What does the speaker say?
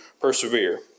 persevere